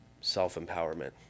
self-empowerment